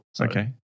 Okay